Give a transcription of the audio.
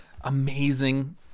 amazing